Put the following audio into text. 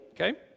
Okay